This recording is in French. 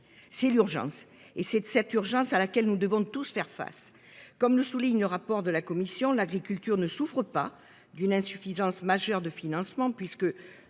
c'est l'urgence et c'est de cette urgence à laquelle nous devons tous faire face comme le souligne le rapport de la commission. L'agriculture ne souffre pas d'une insuffisance majeure de financement puisque